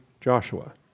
Joshua